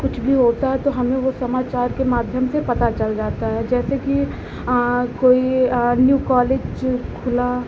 कुछ भी होता है तो हमें वह समाचार के माध्यम से पता चल जाता है जैसे कि कोई न्यू कॉलेज खुला